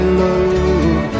love